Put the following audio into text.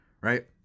right